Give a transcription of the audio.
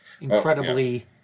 incredibly